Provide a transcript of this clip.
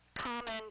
common